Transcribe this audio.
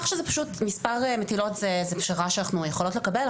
מספר מטילות זאת פשרה שאנחנו יכולות לקבל.